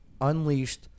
unleashed